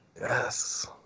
Yes